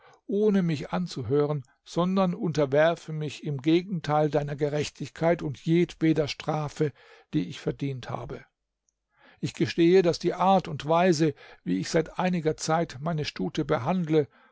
ohne mich anzuhören sondern unterwerfe mich im gegenteil deiner gerechtigkeit und jedweder strafe die ich verdient habe ich gestehe daß die art und weise wie ich seit einiger zeit meine stute behandle